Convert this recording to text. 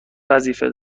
وظیفه